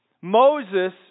Moses